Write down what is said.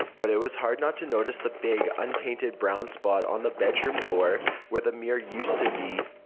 but it was hard not to notice the big, unpainted brown spot on the bedroom door where the mirror used to be.